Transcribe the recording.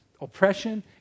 oppression